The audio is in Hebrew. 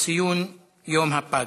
לציון יום הפג,